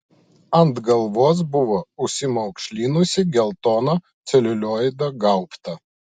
ant galvos buvo užsimaukšlinusi geltoną celiulioido gaubtą